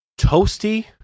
Toasty